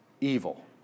evil